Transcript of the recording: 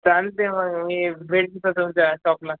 चालतं आहे मग मी भेट तुमच्या शॉपला